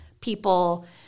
people